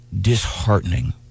disheartening